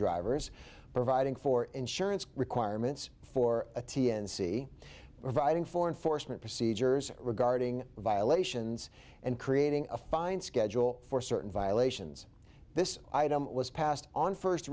drivers providing for insurance requirements for a t n c providing for enforcement procedures regarding violations and creating a fine schedule for certain violations this item was passed on first